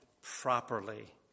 properly